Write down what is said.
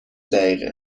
دقیقه